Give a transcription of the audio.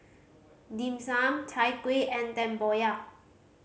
Dim Sum Chai Kuih and tempoyak